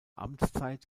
amtszeit